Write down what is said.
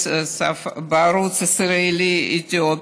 בערוץ ישראלי אתיופי,